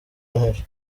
noheli